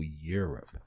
Europe